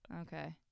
Okay